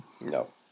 No